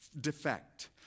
defect